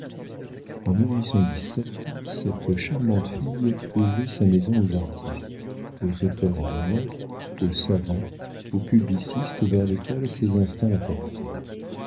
en cette charmante fille ouvrit sa maison aux artistes aux auteurs en renom aux savants aux publicistes vers lesquels ses instincts la